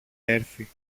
έρθει